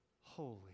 holy